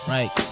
Right